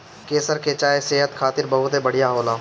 केसर के चाय सेहत खातिर बहुते बढ़िया होला